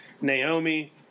Naomi